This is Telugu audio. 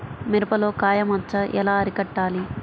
మిరపలో కాయ మచ్చ ఎలా అరికట్టాలి?